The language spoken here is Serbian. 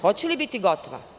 Hoće li biti gotova?